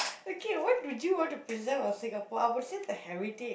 okay what do you want to preserve of Singapore I would say the heritage